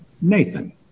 Nathan